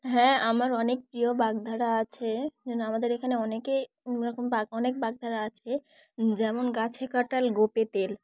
হ্যাঁ আমার অনেক প্রিয় বাগধারা আছে এই জন্য আমাদের এখানে অনেকই ওইরকম বাগ অনেক বাগধারা আছে যেমন গাছে কাঁঠাল গোঁফে তেল